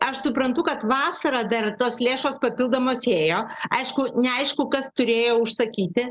aš suprantu kad vasarą dar tos lėšos papildomos ėjo aišku neaišku kas turėjo užsakyti